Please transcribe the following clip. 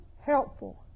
helpful